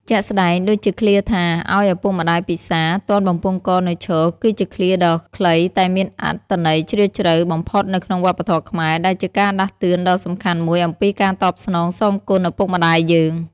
ជាក់ស្ដែងដូចជាឃ្លាថា ឲ្យឪពុកម្តាយពិសារ ទាន់បំពង់ករនៅឈរ គឺជាឃ្លាដ៏ខ្លីតែមានអត្ថន័យជ្រាលជ្រៅបំផុតនៅក្នុងវប្បធម៌ខ្មែរ ដែលជាការដាស់តឿនដ៏សំខាន់មួយអំពីការតបស្នងសងគុណឪពុកម្តាយយើង។